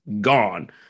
gone